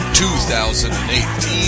2018